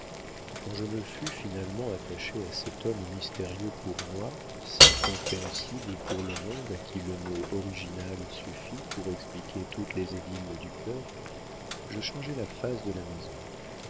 quand je me fus filialement attaché à cet homme mystérieux pour moi si compréhensible pour le monde à qui le mot original suffit pour expliquer toutes les énigmes du cœur je changeai la face de la maison